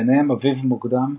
ביניהם "אביב מוקדם",